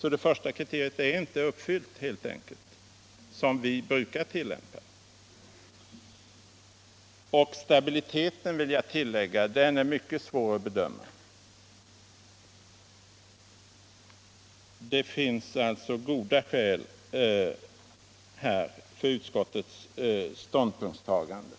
Dili. Det första kriteriet är därför inte uppfyllt. Stabiliteten är därtill mycket svår att bedöma. Det finns alltså goda skäl för utskottets ståndpunktstagande.